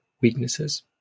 weaknesses